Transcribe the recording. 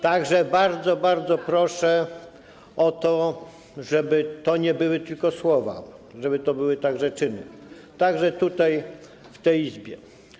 Tak że bardzo, bardzo proszę o to, żeby to nie były tylko słowa, żeby to były także czyny, również tutaj, w tej Izbie.